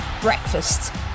breakfast